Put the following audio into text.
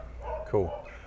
cool